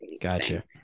Gotcha